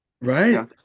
right